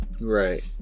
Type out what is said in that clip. Right